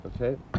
Okay